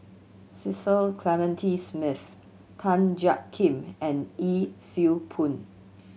Cecil Clementi Smith Tan Jiak Kim and Yee Siew Pun